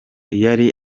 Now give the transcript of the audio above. yari